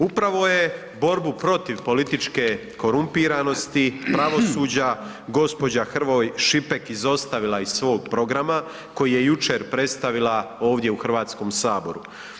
Upravo je borbu protiv političke korumpiranosti pravosuđa gospođa Hrvoj Šipek izostavila iz svog programa koji je jučer predstavila ovdje u HS-u.